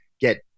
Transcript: get